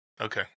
okay